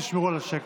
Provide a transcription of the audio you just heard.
תשמרו על השקט.